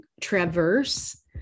traverse